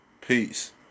Peace